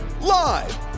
Live